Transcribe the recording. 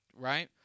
right